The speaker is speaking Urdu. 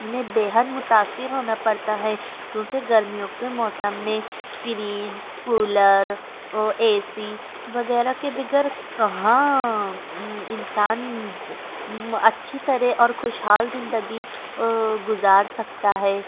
انہیں بے حد متأثر ہونا پڑتا ہے کیونکہ گرمیوں کے موسم میں فریج کولر اے سی وغیرہ کے بغیر کہاں انسان اچھی طرح اورخوش حال زندگی گزار سکتا ہے